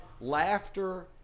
laughter